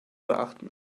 beachten